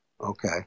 Okay